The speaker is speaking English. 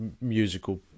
musical